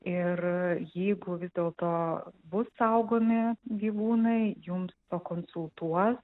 ir jeigu vis dėlto bus saugomi gyvūnai jums pakonsultuos